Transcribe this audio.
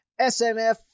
SMF